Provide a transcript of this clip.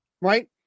right